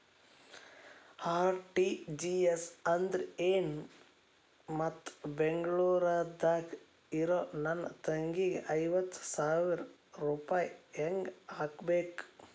RTGS ಅಂದ್ರ ಏನು ಮತ್ತ ಬೆಂಗಳೂರದಾಗ್ ಇರೋ ನನ್ನ ತಂಗಿಗೆ ಐವತ್ತು ಸಾವಿರ ರೂಪಾಯಿ ಹೆಂಗ್ ಹಾಕಬೇಕು?